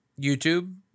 YouTube